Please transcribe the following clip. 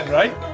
right